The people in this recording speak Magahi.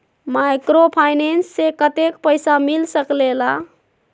माइक्रोफाइनेंस से कतेक पैसा मिल सकले ला?